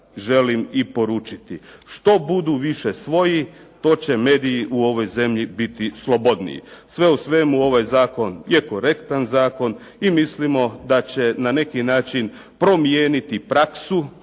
želim i poručiti. Što budu više svoji to će mediji u ovoj zemlji biti slobodniji. Sve u svemu ovaj zakon je korektan zakon i mislimo da će na neki način promijeniti praksu